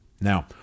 Now